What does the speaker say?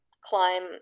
climb